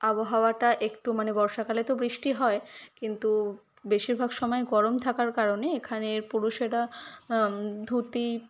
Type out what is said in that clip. আবহাওয়াটা একটু মানে বর্ষাকালে তো বৃষ্টি হয় কিন্তু বেশিরভাগ সময় গরম থাকার কারণে এখানের পুরুষেরা ধুতি